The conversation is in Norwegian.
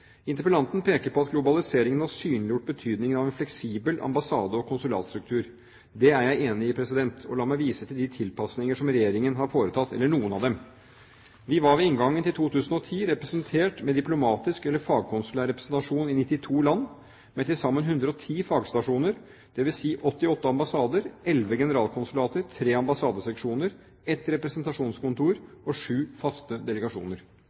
Interpellanten peker på at globaliseringen har synliggjort betydningen av en fleksibel ambassade- og konsulatstruktur. Det er jeg enig i, og la meg vise til noen av de tilpasninger som Regjeringen har foretatt. Vi var ved inngangen til 2010 representert med diplomatisk eller fagkonsulær representasjon i 92 land, med til sammen 110 fagstasjoner, dvs. 88 ambassader, elleve generalkonsulater, tre ambassadeseksjoner, ett representasjonskontor og syv faste delegasjoner.